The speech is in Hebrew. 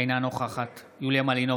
אינה נוכחת יוליה מלינובסקי,